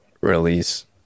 release